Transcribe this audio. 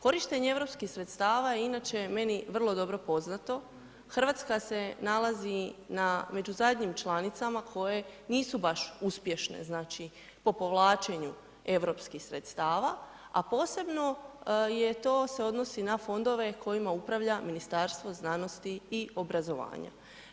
Korištenje europskih sredstava je inače meni vrlo dobro poznato, Hrvatska se nalazi među zadnjim članicama koje nisu baš uspješne po povlačenju europskih sredstava, a posebno se to odnosi na fondove kojima upravlja Ministarstvo znanosti i obrazovanja.